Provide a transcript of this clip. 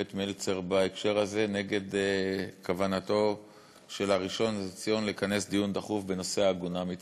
מלצר נגד כוונתו של הראשון לציון לכנס דיון דחוף בנושא העגונה מצפת.